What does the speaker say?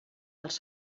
dels